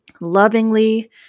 lovingly